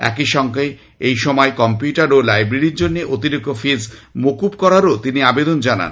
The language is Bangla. একই সঙ্গে এই সময় কম্পিউটার ও লাইব্রেরীর জন্য অতিরিক্ত ফিজ্ মকুব করারও তিনি আবেদন জানান